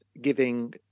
giving